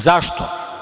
Zašto?